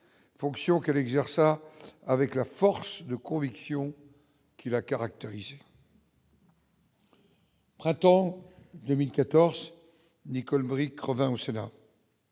fonction qu'elle exerça avec la force de conviction qui va caractériser. Printemps 2014 Nicole Moric revint au Sénat.